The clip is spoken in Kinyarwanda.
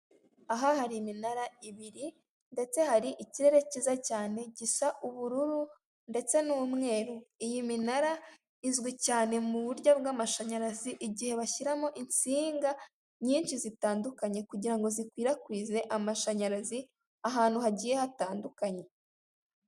Aha hari iminara ibiri ndetse hari ikirere cyiza cyane gisa ubururu ndetse n'umweru, iyi minara izwi cyane mu buryo bw'amashanyarazi igihe bashyiramo insinga nyinshi zitandukanye kugira ngo zikwirakwize amashanyarazi ahantu hagiye hatandukanye.